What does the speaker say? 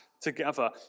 together